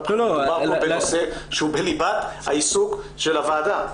בחירות אלא מדובר כאן במשהו שהוא בליבת העיסוק של הוועדה.